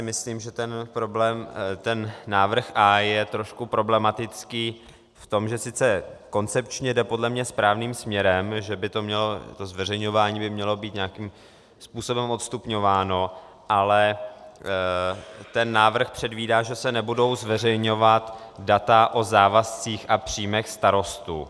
Myslím, že návrh A je trošku problematický v tom, že sice koncepčně jde podle mě správným směrem, že by to zveřejňování mělo být nějakým způsobem odstupňováno, ale ten návrh předvídá, že se nebudou zveřejňovat data o závazcích a příjmech starostů.